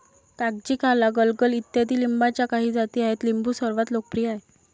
कागजी, काला, गलगल इत्यादी लिंबाच्या काही जाती आहेत लिंबू सर्वात लोकप्रिय आहे